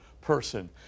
person